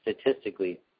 statistically